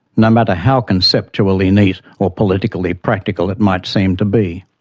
not matter how conceptually neat or politically practical it might seem to be.